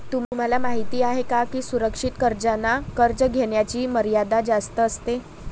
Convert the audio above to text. तुम्हाला माहिती आहे का की सुरक्षित कर्जांना कर्ज घेण्याची मर्यादा जास्त असते